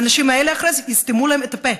האנשים האלה, אחרי זה, יסתמו להם את הפה.